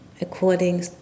according